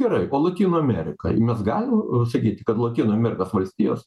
gerai o lotynų amerikai mes galim sakyti kad lotynų amerikos valstijos